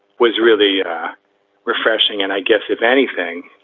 was really yeah refreshing. and i guess if anything,